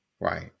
Right